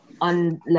on